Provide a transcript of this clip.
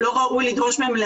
אתה חושב שזה ראוי עכשיו --- כן.